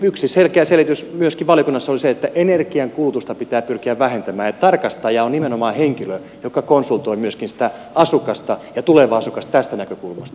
yksi selkeä selitys myöskin valiokunnassa oli se että energiankulutusta pitää pyrkiä vähentämään ja tarkastaja on nimenomaan henkilö joka konsultoi myöskin sitä asukasta ja tulevaa asukasta tästä näkökulmasta